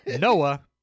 Noah